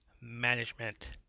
Management